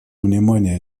внимания